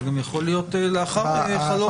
זה גם יכול להיות לאחר חלוף זמן.